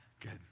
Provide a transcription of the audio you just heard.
Good